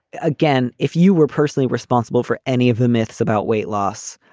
again, if you were personally responsible for any of the myths about weight loss,